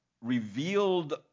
revealed